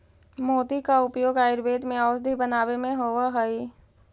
मोती का उपयोग आयुर्वेद में औषधि बनावे में होवअ हई